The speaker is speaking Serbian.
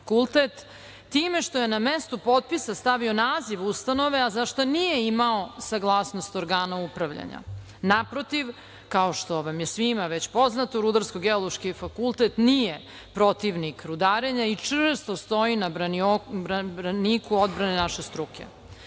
time što je na mesto potpisa stavio naziv ustanove, a za šta nije imao saglasnost organa upravljanja. Naprotiv, kao što vam je svima već poznato, Rudarsko-geološki fakultet nije protivnik rudarenja i čvrsto stoji na braniku odbrane naše struke. Što